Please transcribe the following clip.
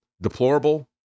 deplorable